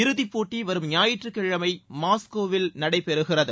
இறுதி போட்டி வரும் ஞாயிற்றுக்கிழமை மாஸ்கோவில் நடைபெறுகிறது